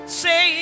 say